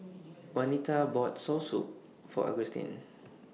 Wanita bought Soursop For Augustine